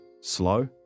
Slow